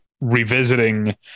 revisiting